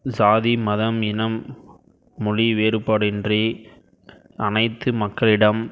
சாதி மதம் இனம் மொழி வேறுபாடின்றி அனைத்து மக்களிடம்